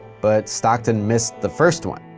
but stockton missed the first one.